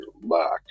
luck